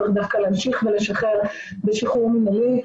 צריך דווקא להמשיך ולשחרר בשחרור מנהלי.